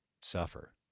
suffer